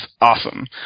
awesome